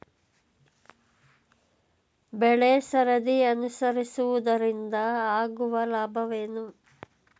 ಬೆಳೆಸರದಿ ಅನುಸರಿಸುವುದರಿಂದ ಆಗುವ ಲಾಭವೇನು?